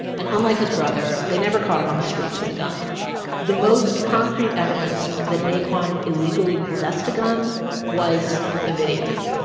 and unlike his brother, they never caught him on the streets with a gun the most concrete evidence that naquan illegally possessed a gun was the video.